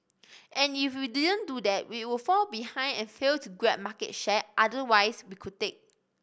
and if we didn't do that we would fall behind and fail to grab market share otherwise we could take